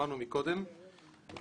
ששמענו מדברי האנשים שדברו.